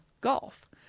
golf